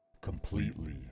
completely